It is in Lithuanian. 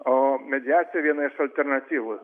o mediacija viena iš alternatyvų